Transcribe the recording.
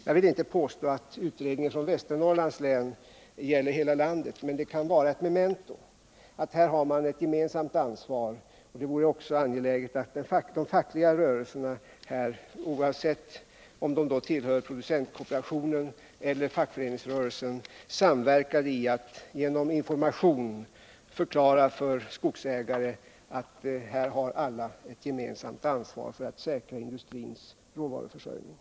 Jag vill inte påstå att utredningen från Västernorrlands län gäller hela landet, men den kan vara ett memento: här gäller ett gemensamt ansvar. Det vore också angeläget att de fackliga rörelserna, oavsett om de tillhör producentkooperationen eller fackföreningsrörelsen, samverkar om att genom information förklara för skogsägare att alla har gemensamt ansvar för att säkra industrins råvaruförsörjning.